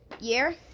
year